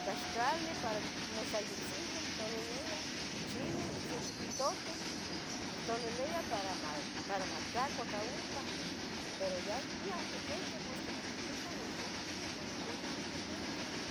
tlaxcali para mos sa itzintli intlalilia, chile osente tutoltitl nitlalilia para ma para matlacuaca ompa pero ya iyau ontiquiti mosqui bintitica ihcui iyau ua noconeua amo quiniqui,